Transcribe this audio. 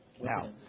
Now